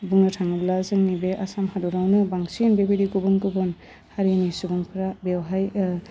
बुंनो थाङोब्ला जोंनि बे आसाम हादरावनो बांसिन बेबायदि गुबुन गुबुन हारिनि सुबुंफ्रा बेवहाय